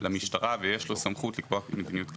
למשטרה ויש לו סמכות לקבוע מדיניות כללית.